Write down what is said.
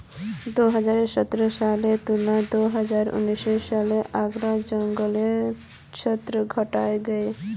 दो हज़ार सतरह सालेर तुलनात दो हज़ार उन्नीस सालोत आग्रार जन्ग्लेर क्षेत्र घटे गहिये